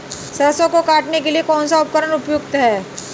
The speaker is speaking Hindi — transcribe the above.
सरसों को काटने के लिये कौन सा उपकरण उपयुक्त है?